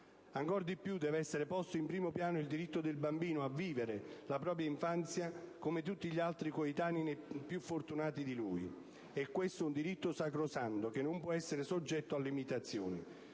Ancor di più, deve essere posto in primo piano il diritto del bambino a vivere la propria infanzia come tutti gli altri coetanei più fortunati di lui. È questo un diritto sacrosanto che non può essere soggetto a limitazioni.